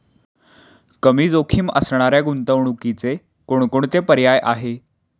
कमी जोखीम असणाऱ्या गुंतवणुकीचे कोणकोणते पर्याय आहे?